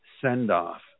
send-off